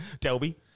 Delby